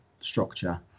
structure